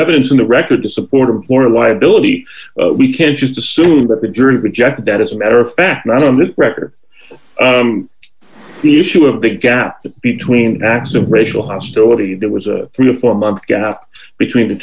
evidence in the record to support of or a liability we can just assume that the jury rejected that as a matter of fact not on the record the issue of the gap between acts of racial hostility there was a three to four month gap between the